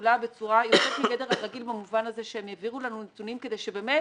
פעולה בצורה יוצאת מגדר הרגיל במובן הזה שהם העבירו לנו נתונים כדי שבאמת